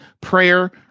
prayer